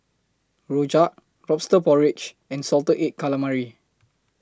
Rojak Lobster Porridge and Salted Egg Calamari